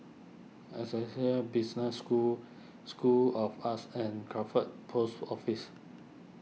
Essec Business School School of Arts and Crawford Post Office